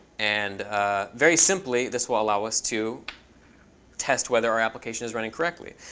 and very simply, this will allow us to test whether our application is running correctly.